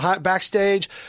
backstage